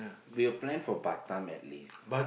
we'll plan for Batam at least